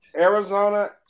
Arizona